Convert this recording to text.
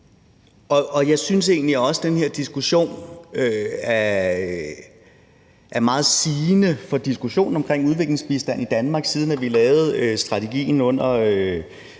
og jeg synes egentlig også, at den her diskussion er meget sigende for diskussionen omkring udviklingsbistand i Danmark, siden vi lavede strategien under